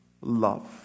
love